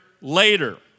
later